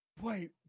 Wait